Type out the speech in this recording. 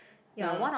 no no no